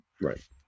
right